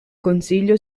consiglio